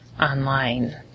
online